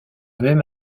même